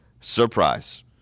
surprise